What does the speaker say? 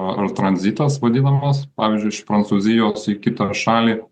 ar tranzitas vadinamas pavyzdžiui iš prancūzijos į kitą šalį